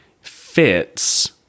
fits